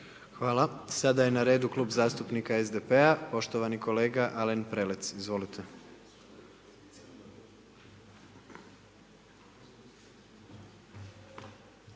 Hvala. Sada je na redu Klub zastupnika SDP-a, poštovani kolega Alen Prelec, izvolite.